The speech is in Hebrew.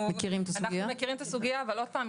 אנחנו מכירים את הסוגיה הזאת.